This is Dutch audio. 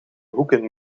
hoeken